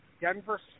Denver